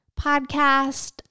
podcast